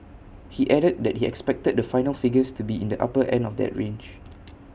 he added that he expected the final figures to be in the upper end of that range